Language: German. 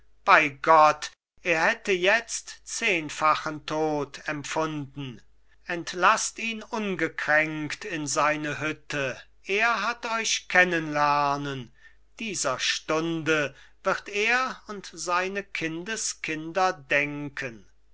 bei gott er hätte jetzt zehnfachen tod empfunden entlasst ihn ungekränkt in seine hütte er hat euch kennen lernen dieser stunde wird er und seine kindeskinder denken